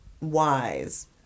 wise